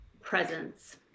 presence